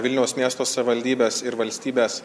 vilniaus miesto savivaldybės ir valstybės